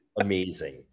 amazing